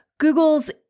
Google's